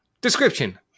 Description